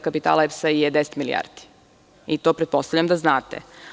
Kapital EPS-a je 10 milijardi, i to pretpostavljam da znate.